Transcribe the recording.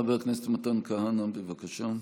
חבר הכנסת מתן כהנא, בבקשה.